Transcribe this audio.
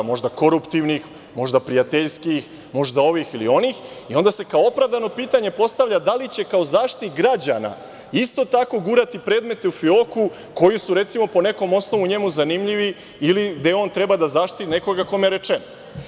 Možda koruptivnih, možda prijateljskih, možda ovih ili onih i onda se kao opravdano postavlja pitanje da li će kao Zaštitnik građana isto tako gurati predmete u fioku koji su, recimo, po nekom osnovu, njemu zanimljivi ili gde on treba da zaštiti nekoga kome je rečeno.